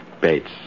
Bates